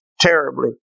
terribly